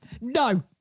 No